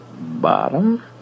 bottom